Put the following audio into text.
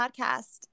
Podcast